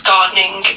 Gardening